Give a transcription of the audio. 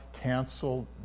canceled